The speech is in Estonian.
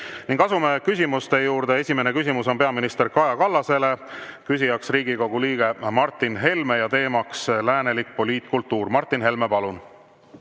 Asume küsimuste juurde. Esimene küsimus on peaminister Kaja Kallasele, küsija Riigikogu liige Martin Helme ja teema läänelik poliitkultuur. Martin Helme, palun!